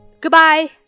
Goodbye